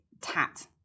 tat